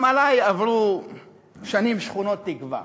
גם עלי עברו שנים שחונות תקווה,